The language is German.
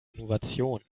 innovation